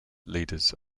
leaders